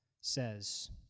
says